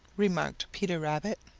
remarked peter rabbit.